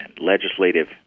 legislative